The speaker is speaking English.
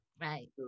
right